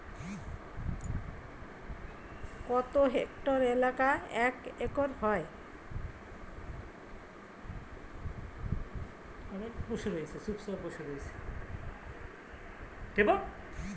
কত হেক্টর এলাকা এক একর হয়?